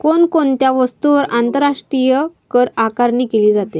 कोण कोणत्या वस्तूंवर आंतरराष्ट्रीय करआकारणी केली जाते?